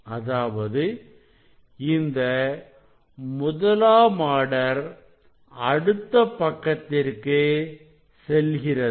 அதாவது இந்த முதலாம் ஆர்டர் அடுத்த பகுதிக்கு செல்கிறது